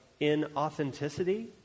inauthenticity